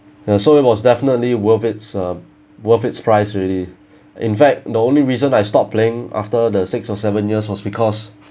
ya so it was definitely worth it uh worth its price already in fact the only reason I stopped playing after the six or seven years was because